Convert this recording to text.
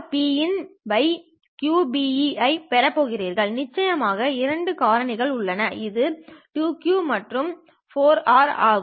RPinq Be ஐப் பெறப் போகிறீர்கள் நிச்சயமாக இரண்டு காரணிகள் உள்ளது இது 2q மற்றும் 4R ஆகும்